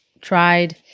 tried